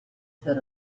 that